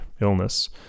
illness